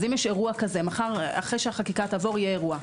אם יש אירוע כזה אחרי שהחקיקה תעבור יהיה אירוע.